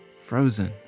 frozen